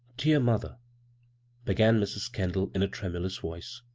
dear mother began mrs. kendall in a tremulous voice.